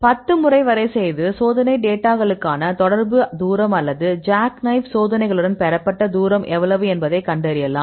10 முறை வரை செய்து சோதனை டேட்டாகளுக்கான தொடர்பு தூரம் அல்லது ஜாக் நைப் சோதனைகளுடன் பெறப்பட்ட தூரம் எவ்வளவு என்பதைப் கண்டறியலாம்